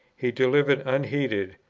he delivered unheeded,